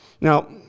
Now